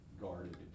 guarded